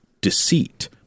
deceit